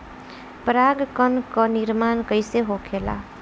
पराग कण क निर्माण कइसे होखेला?